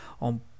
on